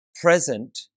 present